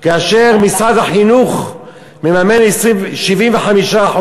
כאשר משרד החינוך מממן 75%,